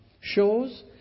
shows